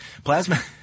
Plasma